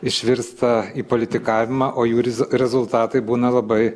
išvirsta į politikavimą o jų rezultatai būna labai